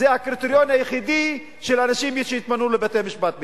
זה הקריטריון היחידי לאנשים שיתמנו לבתי-המשפט בישראל.